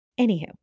anywho